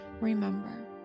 remember